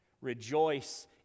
Rejoice